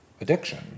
addiction